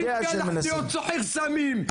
הכי קל להיות סוחר סמים.